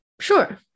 Sure